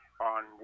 on